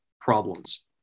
problems